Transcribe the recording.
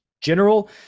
general